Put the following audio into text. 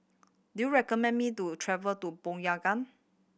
do you recommend me to travel to Pyongyang